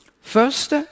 First